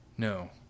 No